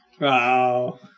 Wow